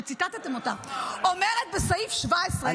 שציטטתם אותה אומרת בסעיף 17 --- נגמר הזמן.